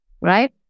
right